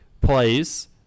plays